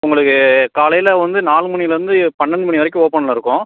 உங்களுக்கு காலையில் வந்து நாலு மணிலிருந்து பன்னெண்டு மணி வரைக்கும் ஓப்பனில் இருக்கும்